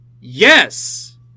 Yes